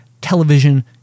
television